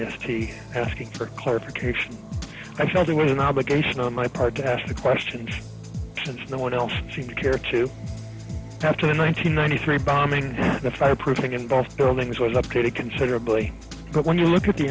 yesterday asking for clarification i felt it was an obligation on my part to ask the question since no one else seemed to care to have to nine hundred ninety three bombing the fireproofing in both buildings was upgraded considerably but when you look at the